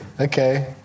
Okay